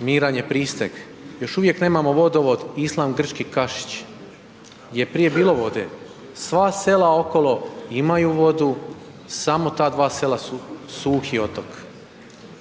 Miranje Pristeg, još uvijek nemamo vodovod Islam Grčki Kašić, gdje je prije bilo vode, sva sela okolo imaju vodu, samo ta dva sela su suhi otok.